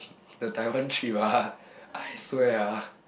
the Taiwan trip ah I swear ah